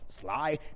Sly